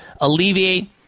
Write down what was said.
alleviate